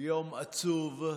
יום עצוב.